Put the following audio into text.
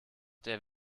der